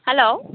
hello